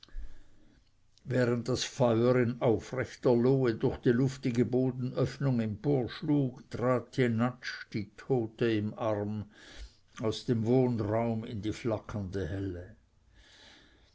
während das feuer in aufrechter lohe durch die luftige bodenöffnung emporschlug trat jenatsch die tote im arme aus dem wohnraume in die flackernde helle